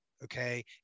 okay